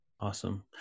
Awesome